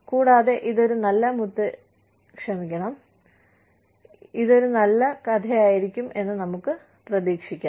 കൂടാതെ ഇതൊരു നല്ല മുത്തശ്ശിയായിരിക്കുമെന്ന് നമുക്ക് പ്രതീക്ഷിക്കാം